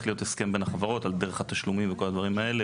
להיות הסכם בין החברות דרך התשלומים וכל הדברים האלה,